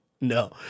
No